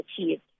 achieved